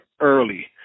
early